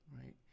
right